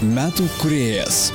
metų kūrėjas